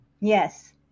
Yes